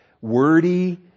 wordy